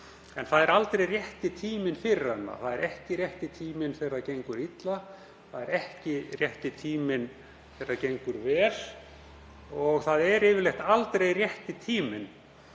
— finnist aldrei rétti tíminn fyrir umræðuna. Það er ekki rétti tíminn þegar það gengur illa, það er ekki rétti tíminn þegar það gengur vel og það er yfirleitt aldrei rétti tíminn.